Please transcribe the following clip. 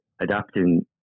adapting